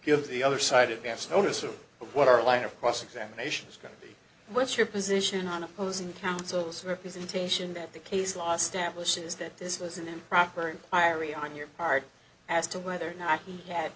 give the other side advance notice of what our line of cross examination is going to be what's your position on opposing counsel's representation that the case law stablish is that this was an improper inquiry on your part as to whether or not he had